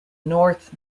north